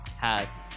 hats